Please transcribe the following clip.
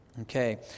okay